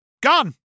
Gone